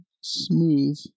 smooth